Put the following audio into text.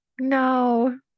No